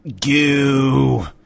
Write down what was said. Goo